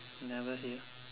never hear